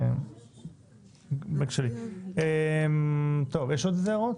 יש עוד הערות?